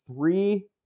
three